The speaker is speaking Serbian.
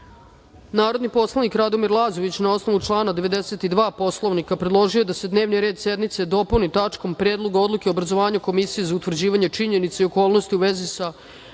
predlog. Narodni poslanik Radomir Lazović, na osnovu člana 92. Poslovnika, predložio je da se na dnevni red sednice dopuni tačkom Predlog odluke o obrazovanju komisije za utvrđivanje činjenica i okolnosti u vezi sa